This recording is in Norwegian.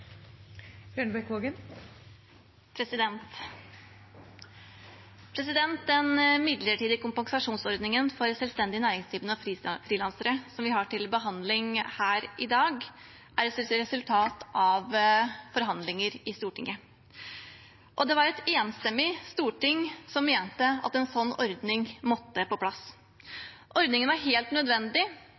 Den midlertidige kompensasjonsordningen for selvstendig næringsdrivende og frilansere som vi har til behandling her i dag, er et resultat av forhandlinger i Stortinget. Det var et enstemmig storting som mente at en slik ordning måtte på plass. Ordningen var helt nødvendig,